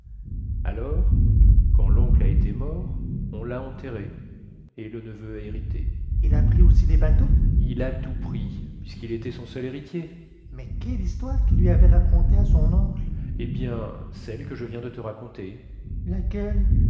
alors quand loncle a été mort on la enterré et le neveu a hérité il a pris aussi les bateaux il a tout pris puisquil était son seul héritier mais quelle histoire quil lui avait racontée à son oncle eh bien celle que je viens de te raconter laquelle